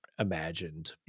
imagined